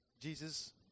Jesus